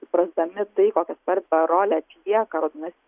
suprasdami tai kokią svarbią rolę atlieka raudonas